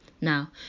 Now